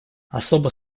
особо